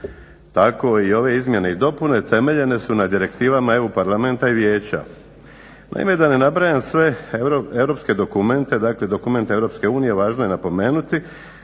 tako i ove izmjene i dopune temeljene su na direktivama EU Parlamenta i Vijeća. Naime, da ne nabrajam sve europske dokumente, dakle dokumente Europske unije važno je napomenuti